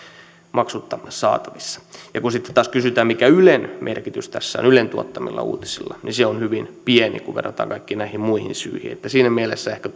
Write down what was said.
maksutta saatavissa ja kun sitten taas kysytään mikä merkitys tässä ylen tuottamilla uutisilla on niin se on hyvin pieni kun verrataan kaikkiin näihin muihin syihin siinä mielessä ehkä